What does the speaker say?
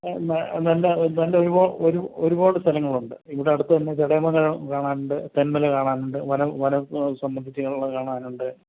നല്ല ഒരുപാട് ഒരു ഒരുപാട് സ്ഥലങ്ങളുണ്ട് ഇവിടെ അടുത്ത് തന്നെ ചടയമംഗലം കാണാനുണ്ട് തേൻമല കാണാനുണ്ട് സംബന്ധിച്ചുള്ളത് കാണാനുണ്ട്